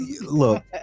look